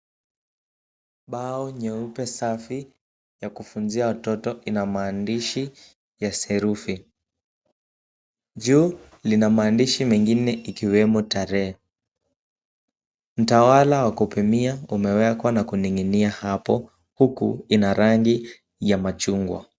Bao nyeupe safi ya kufunzia watoto inamaandishi ya sarufi. Juu lina maandishi mengine ikiwemo tarehe .Mtawala wa kupimia umewekwa na kuning'inia hapo hukun Ia rangi ya machungwa.